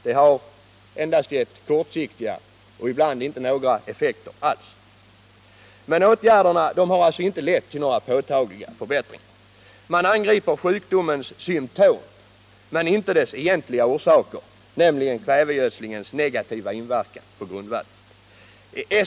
Det har endast kortsiktiga och ibland inte några effekter alls. Men åtgärderna har inte räckt till några påtagliga förbättringar. Man angriper sjukdomens symtom men inte dess egentliga orsaker, nämligen kvävegödslingens negativa inverkan på grundvattnet.